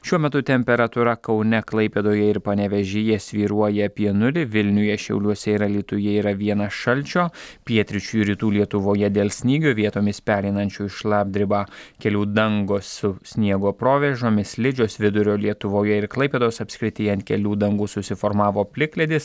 šiuo metu temperatūra kaune klaipėdoje ir panevėžyje svyruoja apie nulį vilniuje šiauliuose ir alytuje yra vienas šalčio pietryčių ir rytų lietuvoje dėl snygio vietomis pereinančio į šlapdribą kelių dangos su sniego provėžomis slidžios vidurio lietuvoje ir klaipėdos apskrityje ant kelių dangų susiformavo plikledis